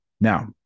Now